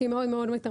שהיא מאוד מתמרצת.